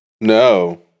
No